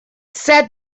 said